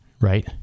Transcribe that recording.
Right